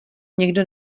někdo